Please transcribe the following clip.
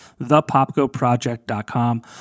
thepopgoproject.com